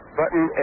button